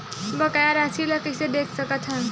बकाया राशि ला कइसे देख सकत हान?